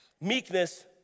Meekness